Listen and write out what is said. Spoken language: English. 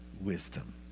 wisdom